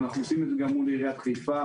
ואנחנו עושים את זה גם מול עיריית חיפה,